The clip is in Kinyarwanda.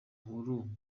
nkuru